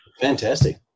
Fantastic